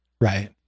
Right